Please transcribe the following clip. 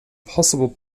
possible